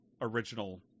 original